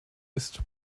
ist